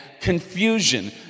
confusion